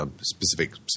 specific